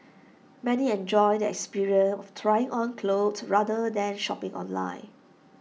many enjoyed the experience of trying on clothes rather than shopping online